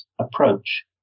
approach